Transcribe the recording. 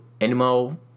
Animal